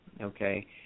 okay